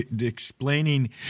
explaining